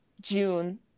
June